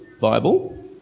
Bible